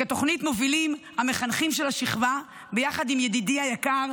את התוכנית מובילים המחנכים של השכבה ביחד עם ידידי היקר